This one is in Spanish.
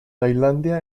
tailandia